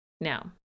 Now